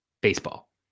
baseball